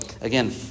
again